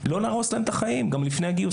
לא נהרוס להם את החיים גם לפני הגיוס.